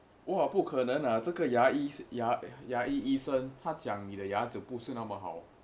我哇不可能呢这个牙医医生他讲你的牙齿不是那么好